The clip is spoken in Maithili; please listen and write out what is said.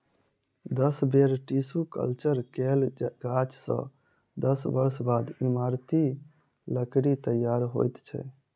दस बेर टिसू कल्चर कयल गाछ सॅ दस वर्ष बाद इमारती लकड़ीक तैयार होइत अछि